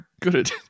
good